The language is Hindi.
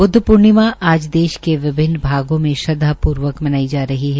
ब्द्व पूर्णिमा आज देश के विभिन्न भागों में श्रद्वापूर्वक मनाई जा रही है